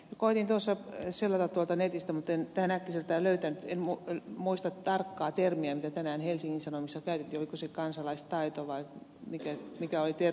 lukoilin osakkeisiin ovat oppiaineista koetin selata netistä mutta en äkkiseltään löytänyt en muista tarkkaa termiä mitä tänään helsingin sanomissa käytettiin oliko se kansalaistaito vai mikä oli termi